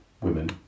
women